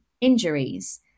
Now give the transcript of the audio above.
injuries